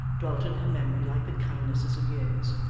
dwelt in her memory like the kindnesses of years.